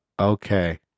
Okay